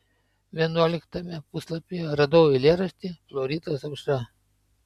vienuoliktame puslapyje radau eilėraštį floridos aušra